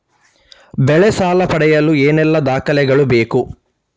ಬೆಳೆ ಸಾಲ ಪಡೆಯಲು ಏನೆಲ್ಲಾ ದಾಖಲೆಗಳು ಬೇಕು?